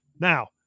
Now